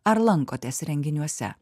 ar lankotės renginiuose